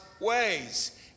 ways